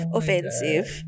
offensive